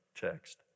text